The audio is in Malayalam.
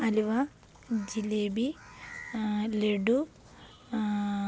അലുവ ജലേബി ലഡു